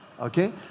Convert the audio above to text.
Okay